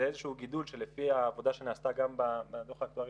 זה איזשהו גידול שלפי העבודה שנעשתה גם בדוח האקטוארי